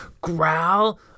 Growl